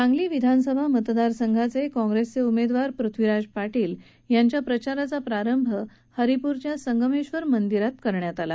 सांगली विधानसभा मतदारसंघाचे काँग्रेसचे उमेदवार पृथ्वीराज पाटील यांचा प्रचार शुभारंभ हरिपूरच्या संगमेश्वर मंदिर येथे करण्यात आला